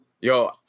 Yo